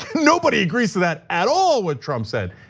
nobody agrees to that at all what trump said.